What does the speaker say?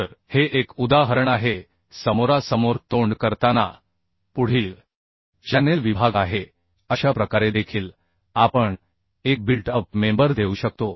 तर हे एक उदाहरण आहे समोरासमोर तोंड करताना पुढील चॅनेल विभाग आहे अशा प्रकारे देखील आपण एक बिल्ट अप मेंबर देऊ शकतो